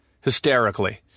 hysterically